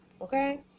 okay